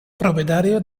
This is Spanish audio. propietario